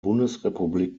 bundesrepublik